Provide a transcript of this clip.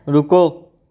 रुको